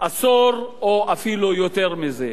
עשור או אפילו יותר מזה.